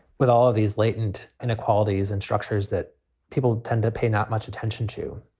with all of these latent inequalities and structures that people tend to pay not much attention to.